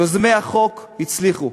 יוזמי החוק הצליחו.